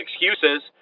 excuses—